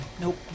Nope